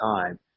time